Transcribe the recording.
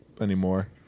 anymore